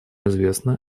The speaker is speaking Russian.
известно